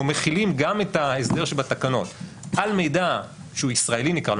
מכילים גם את ההסדר שבתקנות על מידע שהוא ישראלי נקרא לו,